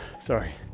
Sorry